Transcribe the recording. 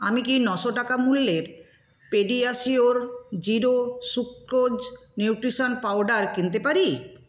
আমি কি নশো টাকা মূল্যের PediaSure zero sucrose nutrition powder কিনতে পারি